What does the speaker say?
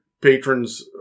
patrons